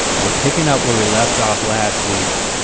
we're picking up where we left off last week,